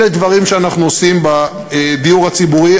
אלה דברים שאנחנו עושים בדיור הציבורי.